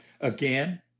Again